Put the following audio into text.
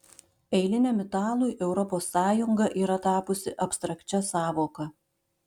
eiliniam italui europos sąjunga yra tapusi abstrakčia sąvoka